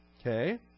Okay